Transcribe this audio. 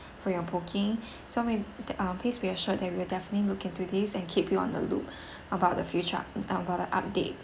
for your booking so may~ th~ uh please assured that we will definitely look into this and keep you on the loop about the future about the updates